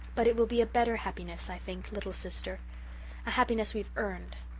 but it will be a better happiness, i think, little sister a happiness we've earned.